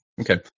Okay